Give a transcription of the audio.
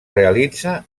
realitza